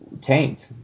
tanked